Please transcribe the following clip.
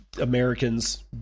Americans